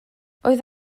oedd